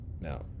Now